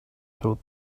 told